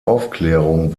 aufklärung